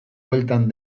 bueltan